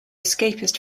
escapist